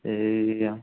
ए